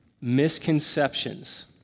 misconceptions